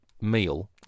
meal